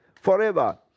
Forever